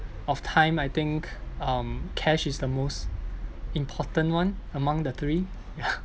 of time I think um cash is the most important one among the three yeah